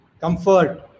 comfort